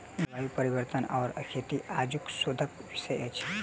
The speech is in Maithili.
जलवायु परिवर्तन आ खेती आजुक शोधक विषय अछि